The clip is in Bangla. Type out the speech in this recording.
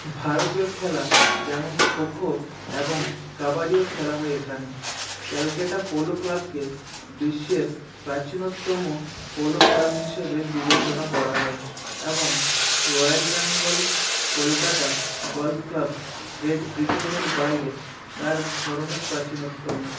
ভারতীয় খেলা যেমন খো খো এবং কাবাডিও খেলা হয় এখানে ক্যালকাটা পোলো ক্লাবকে বিশ্বের প্রাচীনতম পোলো ক্লাব হিসাবে বিবেচনা করা হয় এবং royal Bengal Kolkata golf club great ব্রিটেনের বাইরে তার ধরনের প্রাচীনতম